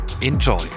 enjoy